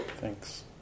Thanks